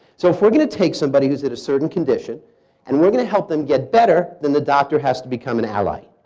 so if we're going to take somebody who is it a certain condition and we're going to help them get better, then the doctor has to become an ally.